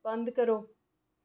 बंद करो